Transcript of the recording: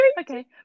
okay